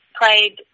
played